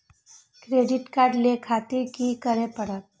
Credit card ले खातिर की करें परतें?